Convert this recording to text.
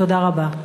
תודה רבה.